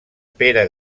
pere